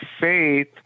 faith